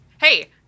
Hey